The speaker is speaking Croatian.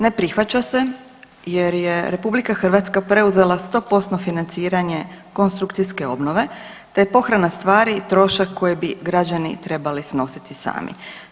Ne prihvaća se jer je RH preuzela 100% financiranje konstrukcije obnove te je pohrana stvari, trošak koji bi građani trebali snositi sami.